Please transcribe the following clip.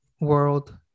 world